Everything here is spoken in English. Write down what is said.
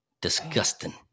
Disgusting